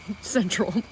central